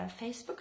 Facebook